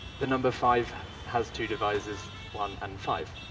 the number five has two divisors one and five.